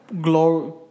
glory